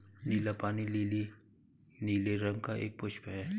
नीला पानी लीली नीले रंग का एक पुष्प है